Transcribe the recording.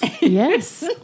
Yes